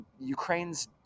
Ukraine's